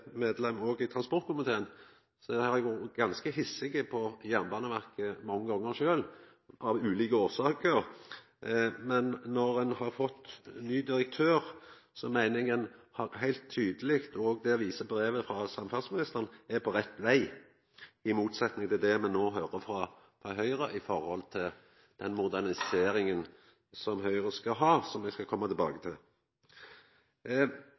ganske hissig på Jernbaneverket av ulike årsaker. Men når ein no har fått ny direktør, meiner eg at me heilt tydeleg – og det viser brevet frå samferdselsministeren – er på rett veg, i motsetning til det me no høyrer frå Høgre når det gjeld den moderniseringa som Høgre vil ha, som eg skal koma tilbake